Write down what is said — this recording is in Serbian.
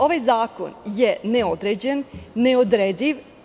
Ovaj zakon je neodređen i neodrediv.